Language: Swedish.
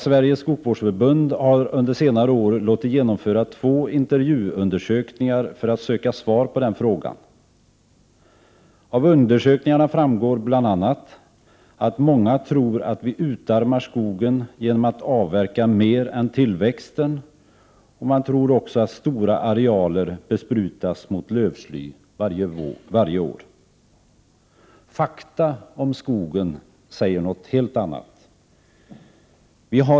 Sveriges skogsvårdsförbund har under senare år låtit genomföra två intervjuundersökningar för att söka svar på den frågan. Av undersökningarna framgår bl.a. att många tror att man utarmar skogen genom att avverka mer än tillväxten och att stora arealer besprutas mot lövsly varje år. Fakta om skogen säger något helt annat.